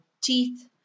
teeth